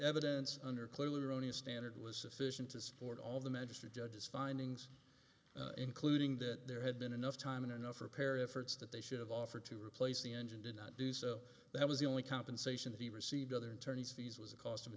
evidence under clearly erroneous standard was sufficient to support all of the majesty judge's findings including that there had been enough time and enough for parish church that they should have offered to replace the engine did not do so that was the only compensation to be received other attorneys fees was the cost of a